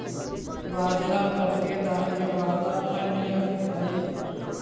बाजरा मोटे दाने वाला अन्य हई